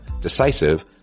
decisive